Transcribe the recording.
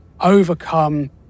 overcome